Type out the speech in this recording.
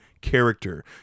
character